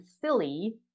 silly